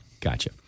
Gotcha